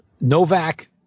Novak